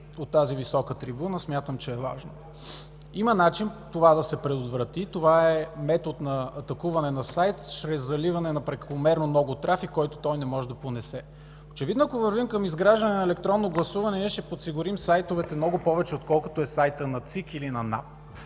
от тази висока трибуна, смятам, че е важно. Има начин да се предотврати – това е метод на атакуване на сайт чрез заливане на прекомерно много трафик, който той не може да понесе. Очевидно ако вървим към изграждане на електронно гласуване, ще подсигурим сайтовете много повече, отколкото е сайтът на ЦИК или на НАП.